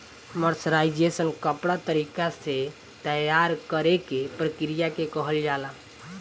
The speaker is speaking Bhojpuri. मर्सराइजेशन कपड़ा तरीका से तैयार करेके प्रक्रिया के कहल जाला